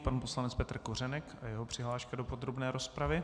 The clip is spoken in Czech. Pan poslanec Petr Kořenek a jeho přihláška do podrobné rozpravy.